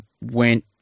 went